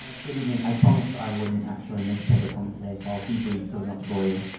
ah good evening. i promise i wouldn't actually make a public comment today so i'll be brief so as not to bore you.